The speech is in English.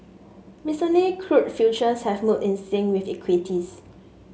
recently crude futures have moved in sync with equities